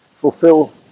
fulfill